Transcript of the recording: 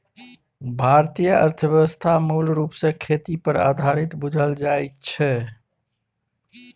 भारतीय अर्थव्यवस्था मूल रूप सँ खेती पर आधारित बुझल जाइ छै